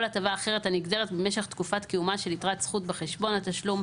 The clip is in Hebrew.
הטבה אחרת הנגזרת ממשך תקופת קיומה של יתרת זכות בחשבון התשלום,